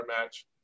match